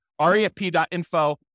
refp.info